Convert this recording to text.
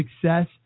success